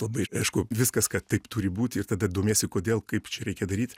labai aišku viskas kad taip turi būt ir tada domiesi kodėl kaip čia reikia daryt